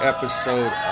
Episode